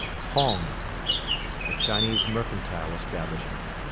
hong a chinese mercantile establishment.